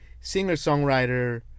singer-songwriter